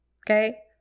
Okay